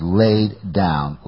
laid-down